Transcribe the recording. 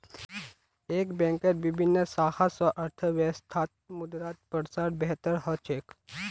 एक बैंकेर विभिन्न शाखा स अर्थव्यवस्थात मुद्रार प्रसार बेहतर ह छेक